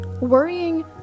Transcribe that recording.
Worrying